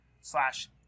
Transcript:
slash